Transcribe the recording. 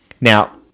Now